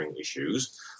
issues